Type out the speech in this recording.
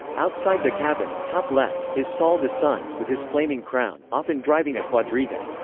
outside the cavern, top left, is sol the sun, with his flaming crown, often driving a quadriga.